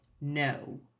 no